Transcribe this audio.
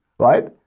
Right